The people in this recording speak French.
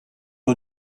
aux